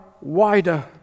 wider